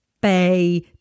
Bay